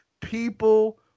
People